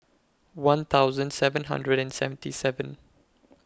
one thousand seven hundred and seventy seven